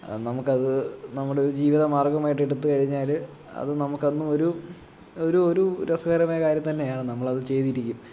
നമുക്ക് അത് നമ്മുടെ ഒരു ജീവിത മാർഗമായിട്ടെടുത്ത് കഴിഞ്ഞാല് അത് നമുക്ക് എന്നുമൊരു ഒരു ഒരു രസകരമായ കാര്യം തന്നെയാണ് നമ്മളത് ചെയ്തിരിക്കും